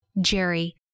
Jerry